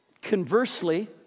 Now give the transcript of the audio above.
Conversely